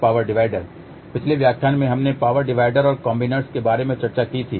पिछले व्याख्यान में हमने पावर डिवाइडर और कॉम्बिनर्स के बारे में चर्चा की थी